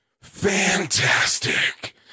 fantastic